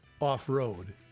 Off-Road